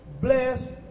bless